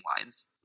lines